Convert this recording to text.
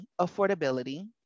affordability